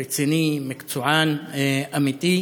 רציני, מקצוען, אמיתי.